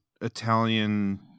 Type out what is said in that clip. Italian